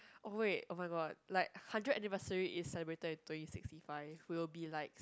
oh wait oh-my-god like hundred anniversary is celebrated in twenty sixty five we'll be like